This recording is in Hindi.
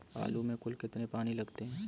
आलू में कुल कितने पानी लगते हैं?